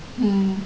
mm